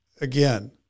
again